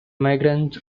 migrants